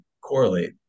correlate